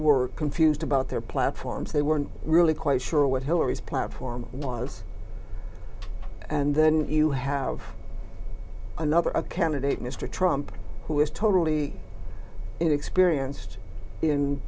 were confused about their platforms they weren't really quite sure what hillary's platform was and then you have another a candidate mr trump who is totally inexperienced in